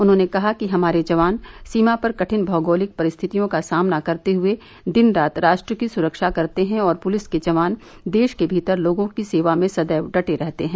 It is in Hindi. उन्होंने कहा कि हमारे जवान सीमा पर कठिन भौगोलिक परिस्थितियों का सामना करते हए दिन रात राष्ट्र की सुरक्षा करते हैं और पुलिस के जवान देश के भीतर लोगों की सेवा में सदैव डटे रहते हैं